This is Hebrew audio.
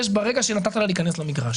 יש ברגע שנתת לה להיכנס למגרש.